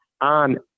on